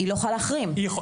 היא יכולה להחרים,